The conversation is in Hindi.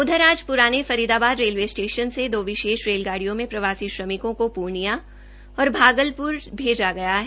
उधर आज प्राने फरीदाबाद रेलवे स्टेशन से दो विशेष रेलगाडिय़ों में प्रवासी श्रमिकों को प्र्णिया और भागलप्र भेजा गया है